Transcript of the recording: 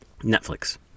Netflix